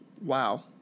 Wow